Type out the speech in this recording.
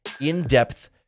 in-depth